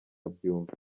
byumba